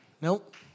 Nope